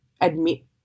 admit